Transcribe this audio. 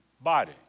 body